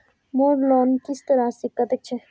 मोर लोन किस्त राशि कतेक छे?